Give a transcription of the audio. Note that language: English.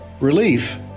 Relief